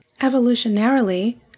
Evolutionarily